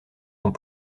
sont